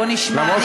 בוא נשמע,